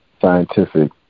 scientific